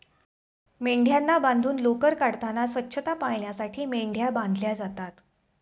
मेंढ्यांना बांधून लोकर काढताना स्वच्छता पाळण्यासाठी मेंढ्या बांधल्या जातात